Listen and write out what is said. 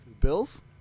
Bills